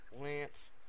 Lance